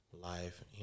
life